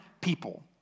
people